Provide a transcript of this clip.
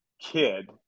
kid